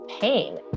pain